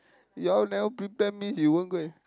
you all never prepare means you won't go and